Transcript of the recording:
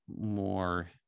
more